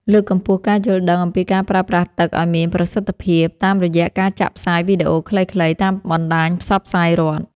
លើកកម្ពស់ការយល់ដឹងអំពីការប្រើប្រាស់ទឹកឱ្យមានប្រសិទ្ធភាពតាមរយៈការចាក់ផ្សាយវីដេអូខ្លីៗតាមបណ្ដាញផ្សព្វផ្សាយរដ្ឋ។